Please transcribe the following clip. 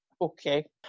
Okay